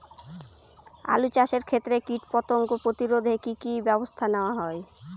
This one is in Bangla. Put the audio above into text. আলু চাষের ক্ষত্রে কীটপতঙ্গ প্রতিরোধে কি কী ব্যবস্থা নেওয়া হয়?